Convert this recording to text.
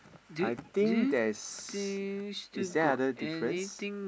I think there's is there other difference